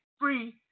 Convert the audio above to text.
free